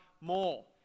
more